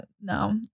No